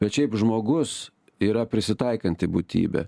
bet šiaip žmogus yra prisitaikanti būtybė